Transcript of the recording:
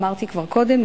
אמרתי כבר קודם,